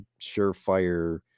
surefire